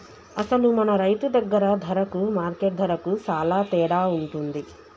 అసలు మన రైతు దగ్గర ధరకు మార్కెట్ ధరకు సాలా తేడా ఉంటుంది